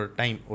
time